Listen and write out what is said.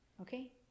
Okay